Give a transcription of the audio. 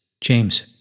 James